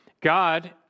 God